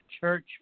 church